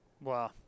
Wow